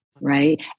right